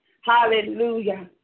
Hallelujah